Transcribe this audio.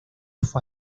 fue